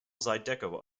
zydeco